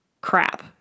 crap